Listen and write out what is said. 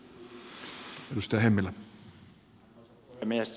arvoisa puhemies